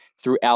throughout